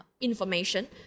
information